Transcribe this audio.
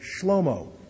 Shlomo